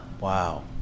wow